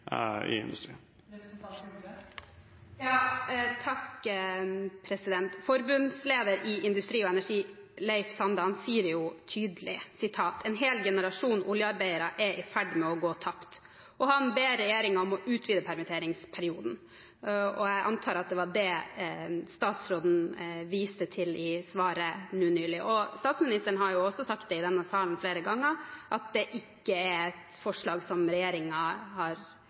Forbundsleder i Industri Energi, Leif Sande, sier det jo tydelig: «En hel generasjon oljearbeidere er i ferd med å gå tapt.» Han ber regjeringen om å utvide permitteringsperioden. Jeg antar at det var det statsråden viste til i svaret nå nettopp. Statsministeren har også sagt i denne salen flere ganger at det ikke er et forslag som